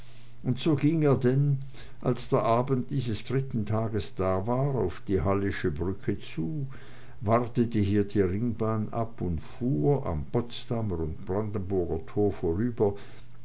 und so ging er denn als der abend dieses dritten tages da war auf die hallische brücke zu wartete hier die ringbahn ab und fuhr am potsdamer und brandenburger tor vorüber